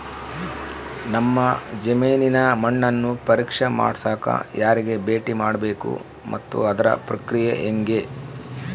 ನಮ್ಮ ಜಮೇನಿನ ಮಣ್ಣನ್ನು ಪರೇಕ್ಷೆ ಮಾಡ್ಸಕ ಯಾರಿಗೆ ಭೇಟಿ ಮಾಡಬೇಕು ಮತ್ತು ಅದರ ಪ್ರಕ್ರಿಯೆ ಹೆಂಗೆ?